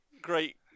great